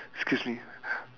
excuse me